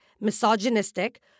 misogynistic